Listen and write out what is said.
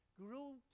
Grew